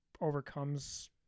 overcomes